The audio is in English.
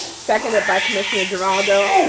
seconded by commissioner geraldo.